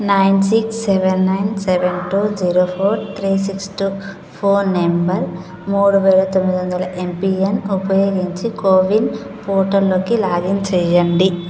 nine six seven nine seven two zero four three six two phone number మూడు వేల తొమ్మిది వందల ఎంపియన్ ఉపయోగించి కోవిన్ పోర్టల్లోకి లాగిన్ చేయండి